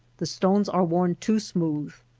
the stones are worn too smooth,